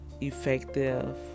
effective